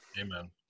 Amen